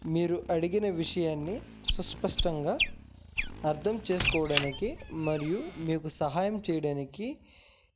మీరు అడిగిన విషయాన్ని సుస్పష్టంగా అర్థం చేసుకోవడానికి మరియు మీకు సహాయం చేయడానికి